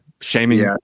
shaming